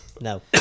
No